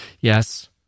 Yes